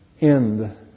end